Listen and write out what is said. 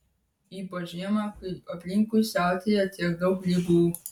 ypač žiemą kai aplinkui siautėja tiek daug ligų